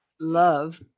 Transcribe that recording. love